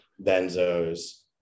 benzos